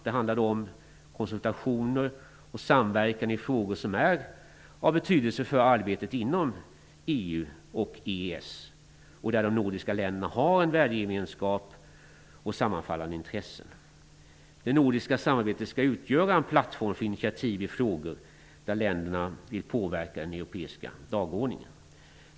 Det handlar då om konsultationer och samverkan i frågor som är av betydelse för arbetet inom EU och EES, och där de nordiska länderna har en värdegemenskap och sammanfallande intressen. Det nordiska samarbetet skall utgöra en plattform för initiativ i frågor där länderna vill påverka den europeiska dagordningen.